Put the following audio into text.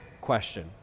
question